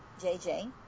JJ